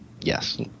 Yes